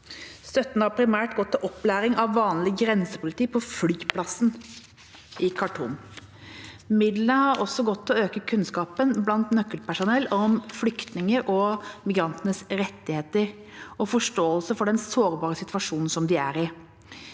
Støtten har primært gått til opplæring av vanlig grensepoliti på flyplassen i Khartoum. Midlene har også gått til å øke kunnskapen blant nøkkelpersonell om flyktningers og migranters rettigheter og forståelse for den sårbare situasjonen som disse er i.